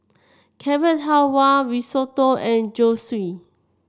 Carrot Halwa Risotto and Zosui